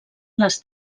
les